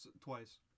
Twice